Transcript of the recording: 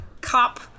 cop